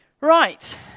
Right